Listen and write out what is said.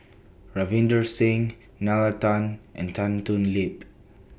Ravinder Singh Nalla Tan and Tan Thoon Lip